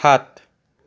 সাত